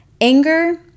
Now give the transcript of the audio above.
Anger